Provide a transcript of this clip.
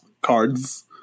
Cards